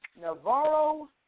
Navarro